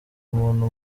umuntu